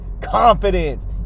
confidence